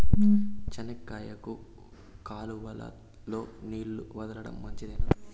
చెనక్కాయకు కాలువలో నీళ్లు వదలడం మంచిదేనా?